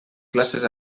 classes